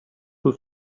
who